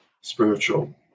spiritual